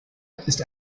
ist